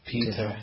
Peter